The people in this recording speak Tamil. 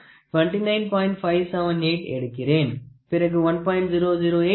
578 எடுக்கிறேன் பிறகு 1